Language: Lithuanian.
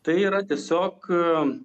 tai yra tiesiog